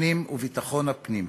הפנים וביטחון הפנים.